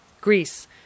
Greece